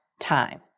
time